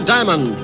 Diamond